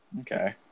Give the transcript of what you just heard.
Okay